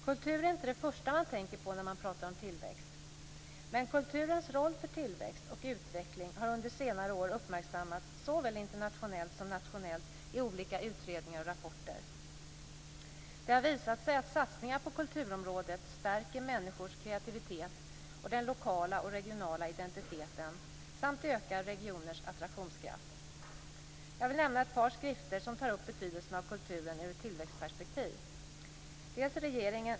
Kultur är inte det första som man tänker på när man pratar om tillväxt. Men kulturens roll för tillväxt och utveckling har under senare år uppmärksammats såväl internationellt som nationellt i olika utredningar och rapporter. Det har visat sig att satsningar på kulturområdet stärker människors kreativitet och den lokala och regionala identiteten samt ökar regioners attraktionskraft. Jag vill nämna ett par skrifter som tar upp betydelsen av kulturen ur ett tillväxtperspektiv.